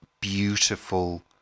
beautiful